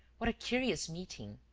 what a curious meeting.